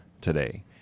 today